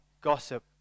gossip